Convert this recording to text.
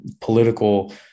political